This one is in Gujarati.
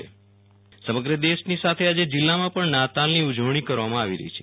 વિરલ રાણા નાતાલની ઉજવણી સમગ્ર દેશની સાથે આજે જિલ્લામાં પણ નાતાલની ઉજવણી કરવામાં આવી રહી છે